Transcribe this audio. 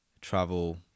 travel